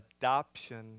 adoption